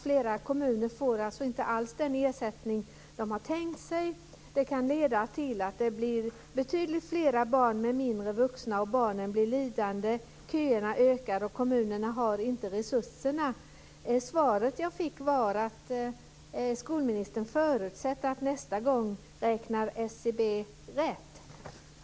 Flera kommuner får alltså inte alls den ersättning som de har tänkt sig. Det kan leda till att det blir betydligt fler barn med mindre vuxna och till att barnen blir lidande. Köerna kan öka, och kommunerna har inte resurserna. Svaret jag fick var att skolministern förutsatte att SCB nästa gång skulle räkna rätt.